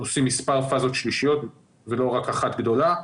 עושים מספר פאזות שלישיות ולא רק אחת גדולה.